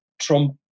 Trump